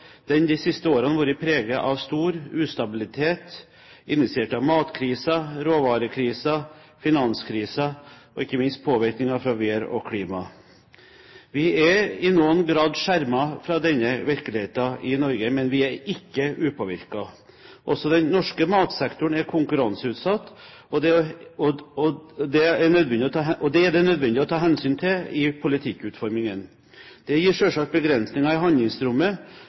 den de siste årene vært preget av stor ustabilitet, initiert av matkrisen, råvarekrisen, finanskrisen og ikke minst påvirkninger fra vær og klima. Vi er i noen grad skjermet fra denne virkeligheten i Norge, men vi er ikke upåvirket. Også den norske matsektoren er konkurranseutsatt, og det er det nødvendig å ta hensyn til i politikkutformingen. Det gir selvsagt begrensninger i handlingsrommet,